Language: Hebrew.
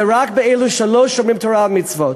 זה רק באלה שלא שומרים תורה ומצוות.